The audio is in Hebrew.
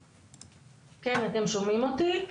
כן, אתם שומעים אותי?